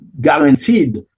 guaranteed